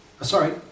sorry